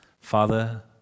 Father